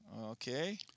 Okay